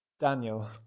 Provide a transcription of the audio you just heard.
Daniel